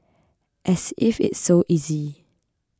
as if it's so easy